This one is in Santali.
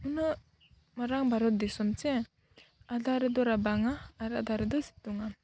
ᱩᱱᱟᱹᱜ ᱢᱟᱨᱟᱝ ᱵᱷᱟᱨᱚᱛ ᱫᱤᱥᱚᱢ ᱥᱮ ᱟᱫᱷᱟ ᱨᱮᱫᱚ ᱨᱟᱵᱟᱝᱟ ᱟᱨ ᱟᱫᱷᱟ ᱨᱮᱫᱚ ᱥᱤᱛᱩᱝᱟ